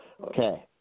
Okay